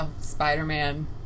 Spider-Man